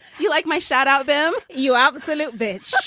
you like my shout out? bam! you absolute bitch.